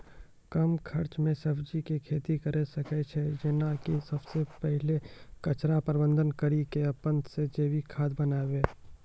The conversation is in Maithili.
कम खर्च मे सब्जी के खेती करै सकै छौ जेना कि सबसे पहिले कचरा प्रबंधन कड़ी के अपन से जैविक खाद बनाबे?